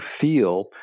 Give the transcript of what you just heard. feel